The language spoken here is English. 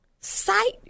Sight